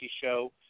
show